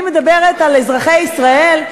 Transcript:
אני מדברת על אזרחי ישראל,